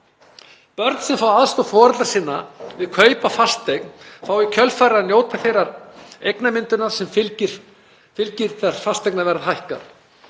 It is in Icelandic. Börn sem fá aðstoð foreldra sinna við kaup á fasteign fá í kjölfarið að njóta þeirrar eignamyndunar sem fylgir þegar fasteignaverð hækkar.